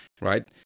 right